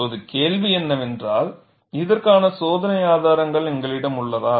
இப்போது கேள்வி என்னவென்றால் இதற்கான சோதனை ஆதாரங்கள் எங்களிடம் உள்ளதா